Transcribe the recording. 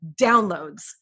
downloads